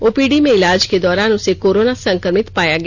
ओ P D में ईलाज के दौरान उसे कोरोना संक्रमित पाया गया